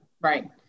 right